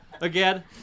Again